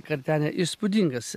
kartenė įspūdingas